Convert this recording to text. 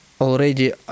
already